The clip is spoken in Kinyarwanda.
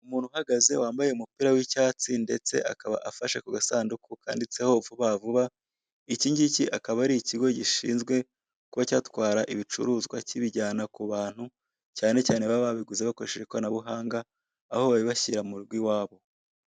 Umuntu uhagaze wambaye umupira w'icyatsi ndetse akaba afashe ku gasanduku kanditseho vubavuba iki ngiki akaba ari ikigo gishinzwe kuba cyatwara ibicuruzwa kibijyana ku bantu cyanecyane baba babiguze bakoresheje ikoranabuhanga aho babibashyira mu rugo iwabo.